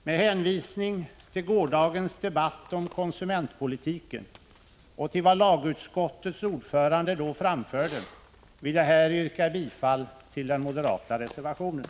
Med hänvisning till gårdagens debatt om konsumentpolitiken och till vad lagutskottets ordförande då anförde vill jag här yrka bifall till den moderata reservationen.